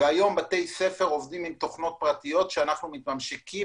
היום בתי ספר עובדים עם תוכנות פרטיות שאנחנו מתממשקים